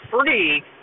free